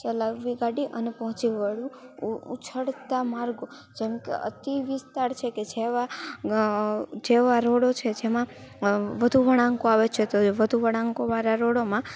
ચલાવી ગાડી અને પહોંચી વળવું ઉછળતા માર્ગો જેમ કે અતિ વિસ્તાર છે કે જેવા જેવા રોડો છે જેમાં વધુ વળાંકો આવે છે તો વધુ વળાંકોવાળા રોડોમાં